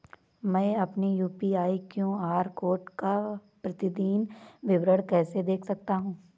मैं अपनी UPI QR code का प्रतीदीन विवरण कैसे देख सकता हूँ?